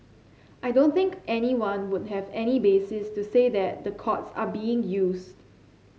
I don't think anyone would have any basis to say that the courts are being used